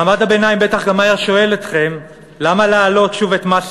מעמד הביניים בטח גם היה שואל אתכם: למה להעלות שוב את מס